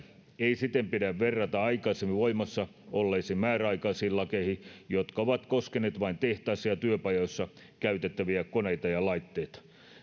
ei siten pidä verrata aikaisemmin voimassa olleisiin määräaikaisiin lakeihin jotka ovat koskeneet vain tehtaissa ja työpajoissa käytettäviä koneita ja laitteita